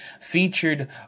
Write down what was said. featured